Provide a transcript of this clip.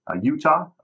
Utah